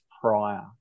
prior